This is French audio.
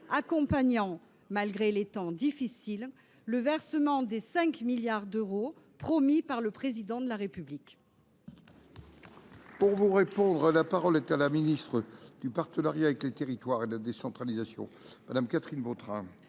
accompagner, malgré les temps difficiles, le versement des 5 milliards d’euros promis par le Président de la République ? La parole est à Mme la ministre du partenariat avec les territoires et de la décentralisation. Madame la sénatrice